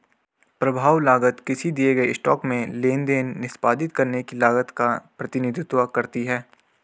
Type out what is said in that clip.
प्रभाव लागत किसी दिए गए स्टॉक में लेनदेन निष्पादित करने की लागत का प्रतिनिधित्व करती है